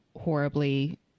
horribly